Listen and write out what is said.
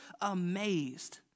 amazed